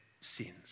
sins